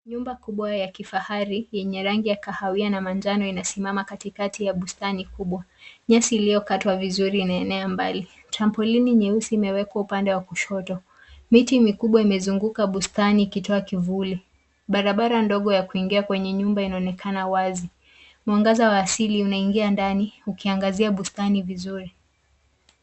Nyumba kubwa ya kifahari yenye rangi ya kahawia na manjano katikati ya bustani kubwa. Nyasi iliyokatwa vizuri inaenea mbali. Trampulini nyeusi imewekwa upande wa kushoto. Miti mikubwa imezunguka bustani ikitoa kivuli. Barabara ndogo ya kuingia kwenye nyumba inaonekana wazi. Mwangaza wa asili unaingia ndani ukiangazia bustani vizuri.